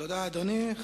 תודה, אדוני.